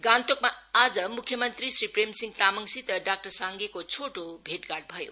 गान्तोकमा आज मुख्य मंत्री श्री प्रेमसिंह तामाङसित डाक्टर साङ्गेको छोटो भैटघाट भयो